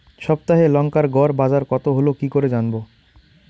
সপ্তাহে লংকার গড় বাজার কতো হলো কীকরে জানবো?